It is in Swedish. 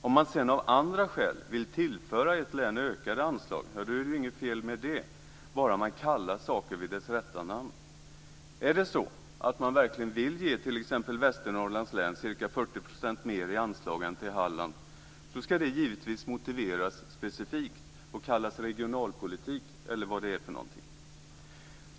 Om man sedan av andra skäl vill tillföra ett län ökade anslag är det inget fel med det, bara man kallar saker vid deras rätta namn. Är det så att man verkligen vill ge t.ex. Västernorrlands län ca 40 % mer i anslag än till Halland ska det givetvis motiveras specifikt och kallas regionalpolitik, eller vad det nu är för någonting.